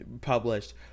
published